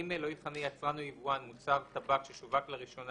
(ג)לא יכנה יצרן או יבואן מוצר טבק ששווק לראשונה